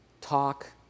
Talk